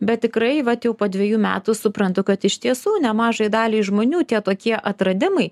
bet tikrai vat jau po dvejų metų suprantu kad iš tiesų nemažai daliai žmonių tie tokie atradimai